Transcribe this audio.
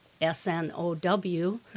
S-N-O-W